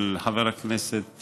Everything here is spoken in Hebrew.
של חבר הכנסת